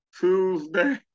Tuesday